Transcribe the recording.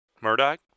Murdoch